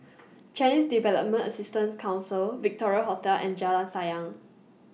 Chinese Development Assistance Council Victoria Hotel and Jalan Sayang